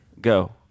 Go